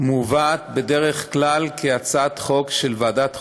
מובאת בדרך כלל כהצעת חוק של ועדת חוקה,